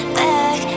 back